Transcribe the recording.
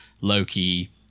loki